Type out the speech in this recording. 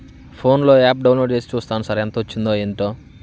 ఫోన్లో app download చేసి చూస్తాను సార్ ఎంత వచ్చిందో ఏమిటో